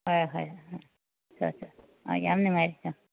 ꯍꯣꯏ ꯍꯣꯏ ꯍꯣꯏ ꯠꯆꯥ ꯑꯠꯆꯥ ꯑꯥ ꯌꯥꯝ ꯅꯨꯡꯉꯥꯏꯔꯦ ꯆꯥ